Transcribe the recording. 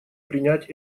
принять